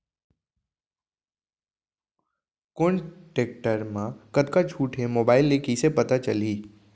कोन टेकटर म कतका छूट हे, मोबाईल ले कइसे पता चलही?